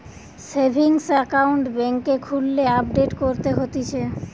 savings account বেংকে খুললে update করতে হতিছে